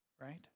right